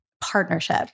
partnership